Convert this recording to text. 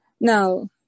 Now